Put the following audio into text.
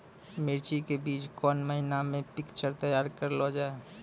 मिर्ची के बीज कौन महीना मे पिक्चर तैयार करऽ लो जा?